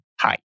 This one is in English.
hi